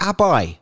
Abai